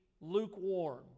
lukewarm